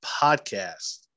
podcast